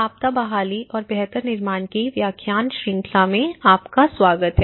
आपदा बहाली और बेहतर निर्माण की व्याख्यान श्रृंखला में आपका स्वागत है